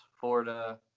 Florida